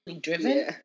driven